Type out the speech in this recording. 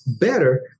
better